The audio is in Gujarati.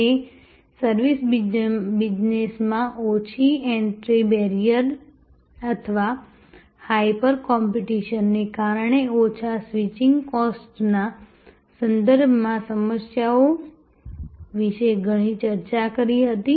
અમે સર્વિસ બિઝનેસમાં ઓછી એન્ટ્રી બેરિયર અથવા હાયપર કોમ્પિટિશનને કારણે ઓછા સ્વિચિંગ કોસ્ટના સંદર્ભમાં સમસ્યાઓ વિશે ઘણી ચર્ચા કરી હતી